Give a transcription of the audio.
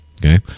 okay